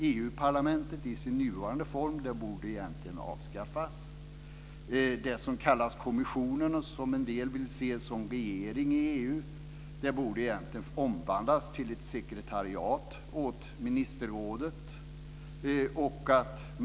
EU-parlamentet i sin nuvarande form borde egentligen avskaffas. Det som kallas kommissionen och som en del vill se som regering i EU borde egentligen omvandlas till ett sekretariat åt ministerrådet.